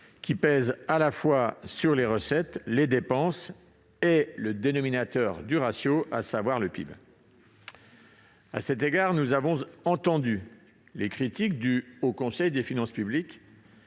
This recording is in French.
qui pèse à la fois sur les recettes, les dépenses et le dénominateur du ratio, à savoir le PIB. À cet égard, nous avons entendu les critiques du Haut Conseil des finances publiques,